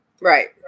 Right